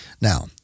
Now